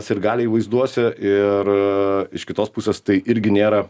sirgaliai vaizduose ir iš kitos pusės tai irgi nėra